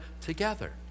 together